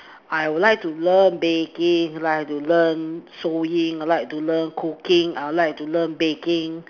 I would like to learn baking I would like to learn sewing I would like to learn cooking I would like to learn baking